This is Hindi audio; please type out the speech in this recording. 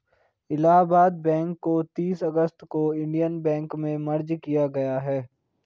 इलाहाबाद बैंक को तीस अगस्त को इन्डियन बैंक में मर्ज किया गया है